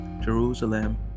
Jerusalem